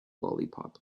lollipop